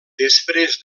després